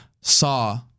saw